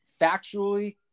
factually